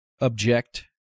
object